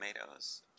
tomatoes